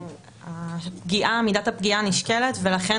מידת הפגיעה נשקלת, ולכן